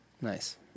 Nice